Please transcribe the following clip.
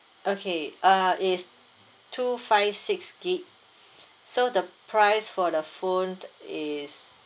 okay err is two five six gigabyte so the price for the phone is